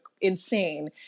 insane